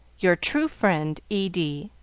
your true friend, e d.